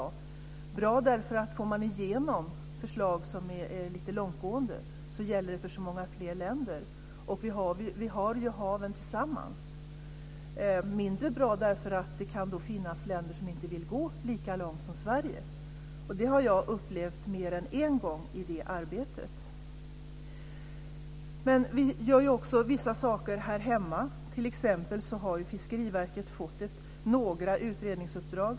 Det är bra därför att om man får igenom förslag som är långtgående så gäller de för så många fler länder - och vi har ju haven tillsammans. Det är mindre bra därför att det kan finnas länder som inte vill gå lika långt som Sverige. Det har jag upplevt mer än en gång i det arbetet. Vi gör också vissa saker här hemma. Fiskeriverket har t.ex. fått några utredningsuppdrag.